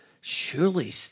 Surely